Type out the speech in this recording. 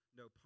no